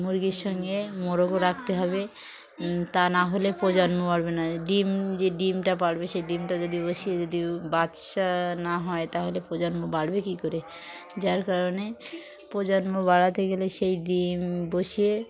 মুরগির সঙ্গে মোরগও রাখতে হবে তা না হলে প্রজন্ম বাড়বে না ডিম যে ডিমটা পাড়বে সেই ডিমটা যদি বসিয়ে যদি বাচ্চা না হয় তাহলে প্রজন্ম বাড়বে কী করে যার কারণে প্রজন্ম বাড়াতে গেলে সেই ডিম বসিয়ে